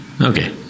okay